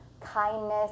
Kindness